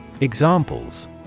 Examples